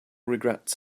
regrets